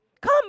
Come